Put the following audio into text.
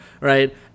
right